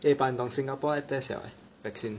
eh but 你懂 Singapore 在 test liao leh vaccine